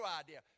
idea